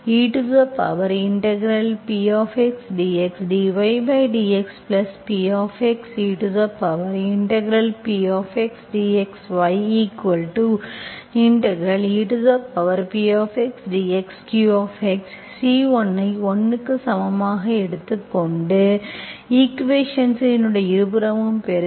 ePdxdydx Px ePdx yePdxq C1 ஐ 1 க்கு சமமாக எடுத்துக்கொண்டு ஈக்குவேஷன்ஸ் இன் இருபுறமும் பெருக்க